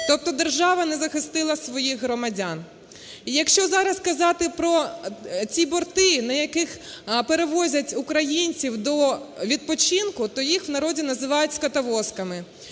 Тобто держава не захистила своїх громадян. І якщо зараз казати про ці борти, на яких перевозять українців до відпочинку, то їх в народі називають "скотовозками".